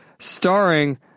starring